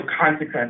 consequence